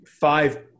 five